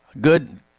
Good